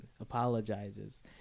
apologizes